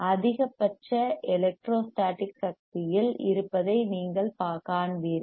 அதிகபட்ச எலெக்ட்ரோஸ்டாடிக் சக்தி இல் இருப்பதை நீங்கள் காண்பீர்கள்